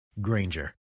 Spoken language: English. granger